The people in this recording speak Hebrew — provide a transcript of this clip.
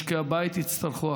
משקי הבית יצטרכו,